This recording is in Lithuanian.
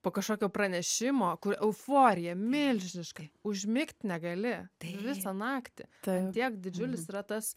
po kažkokio pranešimo kur euforija milžiniška užmigt negali visą naktį tiek didžiulis yra tas